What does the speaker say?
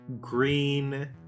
green